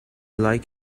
like